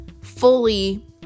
fully